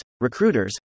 recruiters